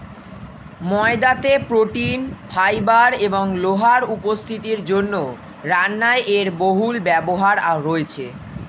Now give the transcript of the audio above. ময়দাতে protein, fibre এবং লোহার উপস্থিতির জন্য রান্নায় এর বহুল ব্যবহার রয়েছে